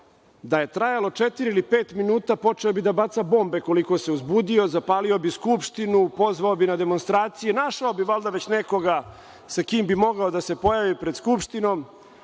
da je trajalo četiri ili pet minuta, počeo bi da baca bombe koliko se uzbudio, zapalio bi Skupštinu, pozvao bi na demonstracije i našao bi valjda već nekoga sa kime bi mogao da se pojavi pred Skupštinom.